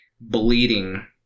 bleeding